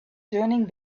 turning